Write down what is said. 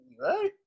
right